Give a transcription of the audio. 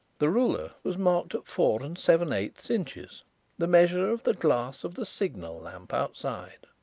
the ruler was marked at four and seven-eighths inches the measure of the glass of the signal lamp outside.